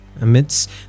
amidst